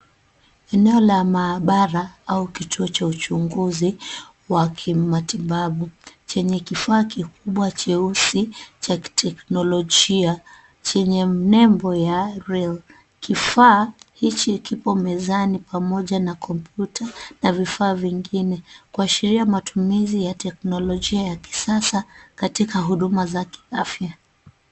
Eneo la maabara au kituo cha uchunguzi wa kimatibabu chenye kifaa kikubwa cheusi cha kiteknolojia chenye nembo ya Rail. Kifaa hichi kipo mezani pamoja na kompyuta na vifaa vingine kuashiria matumizi ya teknolojia ya kisasa katika huduma za kiafya.